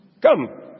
Come